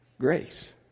grace